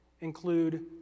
include